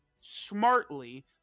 smartly